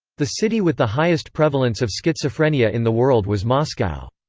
the city with the highest prevalence of schizophrenia in the world was moscow.